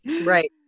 Right